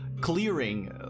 clearing